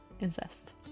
incest